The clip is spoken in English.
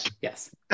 Yes